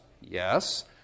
yes